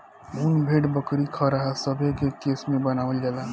उन भेड़, बकरी, खरहा सभे के केश से बनावल जाला